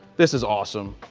this is awesome.